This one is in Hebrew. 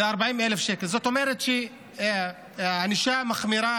ו-40,000 שקלים, זאת אומרת, ענישה מחמירה